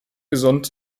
gesund